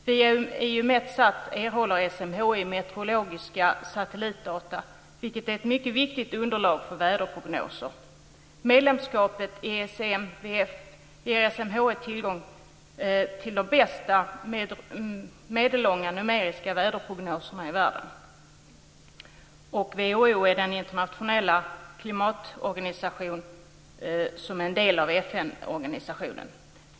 Via Eumetsat erhåller SMHI meteorologiska satellitdata, vilket är ett mycket viktigt underlag för väderprognoser. Medlemskapet i ECMWF ger SMHI tillgång till de bästa medellånga, numeriska väderprognoserna i världen. WHO är den internationella klimatorganisation som är en del av FN-organisationen.